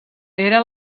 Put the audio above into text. era